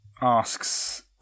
asks